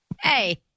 Hey